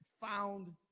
found